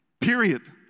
Period